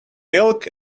milk